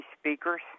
speakers